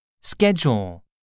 Schedule